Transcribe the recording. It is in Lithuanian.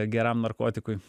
geram narkotikui